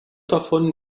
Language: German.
davon